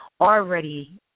already